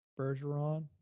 Bergeron